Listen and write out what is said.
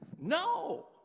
No